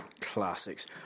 classics